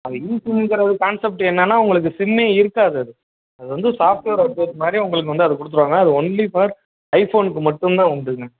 அந்த இ சிம்முங்குற ஒரு கான்சப்ட் என்னனா உங்களுக்கு சிம்மே இருக்காது அது அது வந்து சாஃப்ட்வேர் அப்டேட் மாதிரி உங்ளுக்கு வந்து அது கொடுத்துருவாங்க அது ஒன்லி ஃபார் ஐஃபோன்க்கு மட்டும் தான் உண்டுங்க